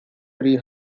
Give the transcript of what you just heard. tree